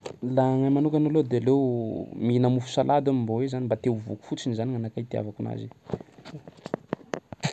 Laha agnahy manokana aloha de aleo mihina mofo salady aho mba hoe zany mba te ho voky fotsiny zany ny anakahy itiavako anazy.